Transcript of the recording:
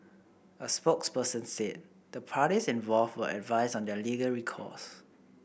a spokesperson said the parties involved were advised on their legal recourse